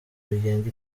bigenga